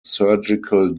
surgical